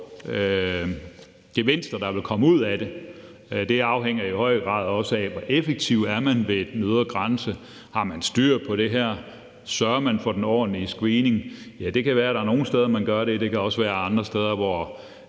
gevinster der vil komme ud af det. Det afhænger jo i høj grad også af, hvor effektiv man er ved den ydre grænse, om man har styr på det, og om man sørger for en ordentlig screening. Ja, det kan være, at der er nogle steder, man gør det, men der kan også være andre steder, hvor